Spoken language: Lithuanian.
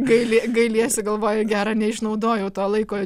gaili gailiesi galvoji gera neišnaudojau to laiko